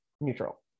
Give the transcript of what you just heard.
neutral